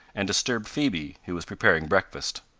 and disturbed phoebe, who was preparing breakfast.